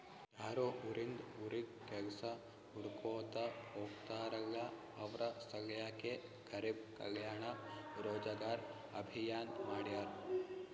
ಯಾರು ಉರಿಂದ್ ಉರಿಗ್ ಕೆಲ್ಸಾ ಹುಡ್ಕೋತಾ ಹೋಗ್ತಾರಲ್ಲ ಅವ್ರ ಸಲ್ಯಾಕೆ ಗರಿಬ್ ಕಲ್ಯಾಣ ರೋಜಗಾರ್ ಅಭಿಯಾನ್ ಮಾಡ್ಯಾರ್